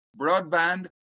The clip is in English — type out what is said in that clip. broadband